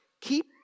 keep